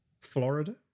florida